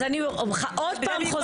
אז אני עוד פעם חוזרת.